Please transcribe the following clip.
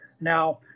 Now